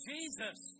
Jesus